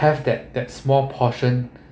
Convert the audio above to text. have that that small portion